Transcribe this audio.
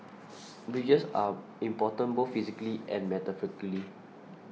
bridges are important both physically and metaphorically